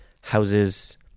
houses